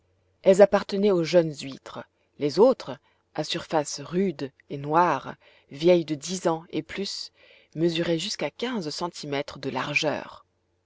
elles appartenaient aux jeunes huîtres les autres à surface rude et noire vieilles de dix ans et plus mesuraient jusqu'à quinze centimètres de largeur